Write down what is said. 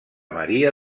maria